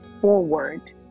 forward